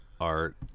art